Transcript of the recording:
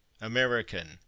american